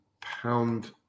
pound